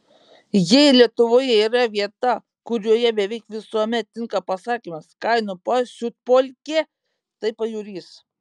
jei lietuvoje yra vieta kurioje beveik visuomet tinka pasakymas kainų pasiutpolkė tai pajūris